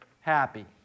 happy